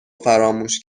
فراموش